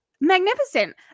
magnificent